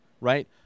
right